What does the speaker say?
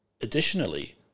Additionally